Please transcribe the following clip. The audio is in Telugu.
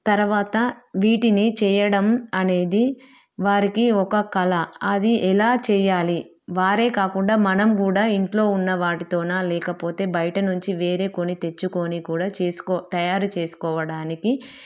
తర్వాత వీటిని చేయడం అనేది వారికి ఒక కల అది ఎలా చేయాలి వారే కాకుండా మనం కూడా ఇంట్లో ఉన్న వాటితోనా లేకపోతే బయట నుంచి వేరే కొని తెచ్చుకొని కూడా చేసుకో తయారు చేసుకోవడానికి